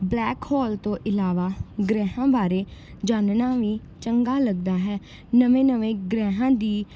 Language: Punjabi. ਬਲੈਕ ਹੋਲ ਤੋਂ ਇਲਾਵਾ ਗ੍ਰਹਿਆਂ ਬਾਰੇ ਜਾਣਨਾ ਵੀ ਚੰਗਾ ਲੱਗਦਾ ਹੈ ਨਵੇਂ ਨਵੇਂ ਗ੍ਰਹਿਆਂ ਦੀ